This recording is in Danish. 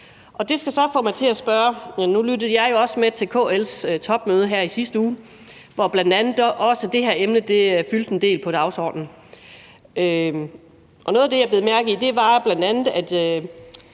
Det skal så få mig til at spørge om noget. Nu lyttede jeg jo også til KL's topmøde her i sidste uge, hvor bl.a. også det her emne fyldte en del på dagsordenen. Noget af det, jeg bed mærke i, var jo bl.a.,